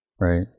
Right